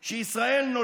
לפריקסה סתם